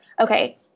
okay